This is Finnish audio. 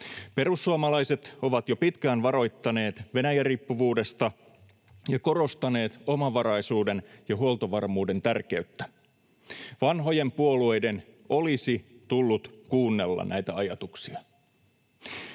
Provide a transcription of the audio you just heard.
Perussuomalaiset ovat jo pitkään varoittaneet Venäjä-riippuvuudesta ja korostaneet omavaraisuuden ja huoltovarmuuden tärkeyttä. Vanhojen puolueiden olisi tullut kuunnella näitä ajatuksia.